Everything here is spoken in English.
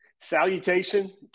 salutation